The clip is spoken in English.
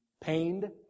pained